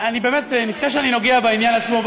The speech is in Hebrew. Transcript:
לפני שאני נוגע בעניין עצמו,